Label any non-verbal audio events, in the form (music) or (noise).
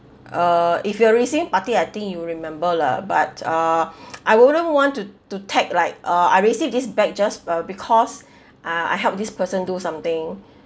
uh if you are receiving party I think you'll remember lah but uh (noise) I wouldn't want to to tag like uh I receive this bag just uh because (breath) ah I help this person do something